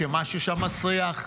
שמשהו שם מסריח.